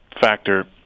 factor